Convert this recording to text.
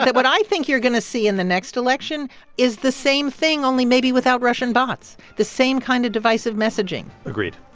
but what i think you're going to see in the next election is the same thing, only maybe without russian bots, the same kind of divisive messaging agreed.